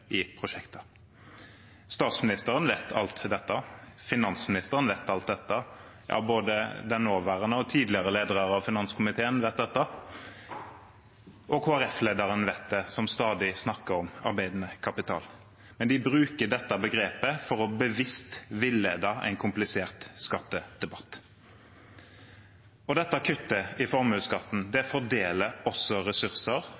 i prosjekter. Statsministeren vet alt dette, finansministeren vet alt dette, ja, både den nåværende lederen og tidligere ledere av finanskomiteen vet dette, og Kristelig Folkeparti-lederen, som stadig snakker om arbeidende kapital, vet dette. Men de bruker dette begrepet for bevisst å villede en komplisert skattedebatt. Dette kuttet i formuesskatten fordeler også ressurser